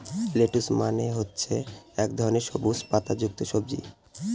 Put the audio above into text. lettuce মানে হচ্ছে এক ধরনের সবুজ পাতা যুক্ত সবজি